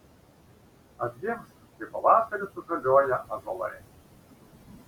atgims kaip pavasarį sužaliuoja ąžuolai